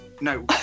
No